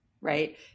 Right